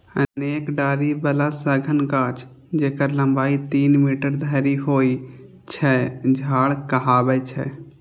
अनेक डारि बला सघन गाछ, जेकर लंबाइ तीन मीटर धरि होइ छै, झाड़ कहाबै छै